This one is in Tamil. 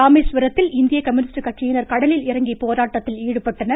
ராமேஸ்வரத்தில் இந்திய கம்யூனிஸ்ட் கட்சியினர் கடலில் இறங்கி போராட்டத்தில் ஈடுபட்டனர்